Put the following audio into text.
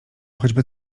choćby